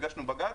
הגשנו בג"ץ,